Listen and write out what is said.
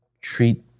treat